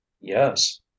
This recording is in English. yes